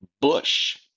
bush